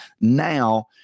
now